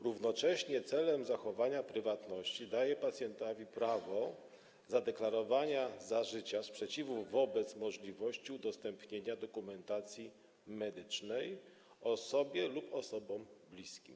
Równocześnie celem zachowania prywatności daje pacjentowi prawo zadeklarowania za życia sprzeciwu wobec możliwości udostępnienia dokumentacji medycznej osobie lub osobom bliskim.